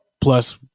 plus